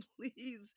please